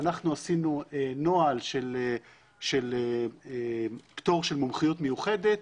עשינו נוהל של פטור של מומחיות מיוחדת,